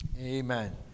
Amen